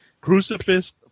Crucifix